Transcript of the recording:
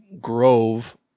grove